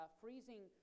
freezing